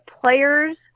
players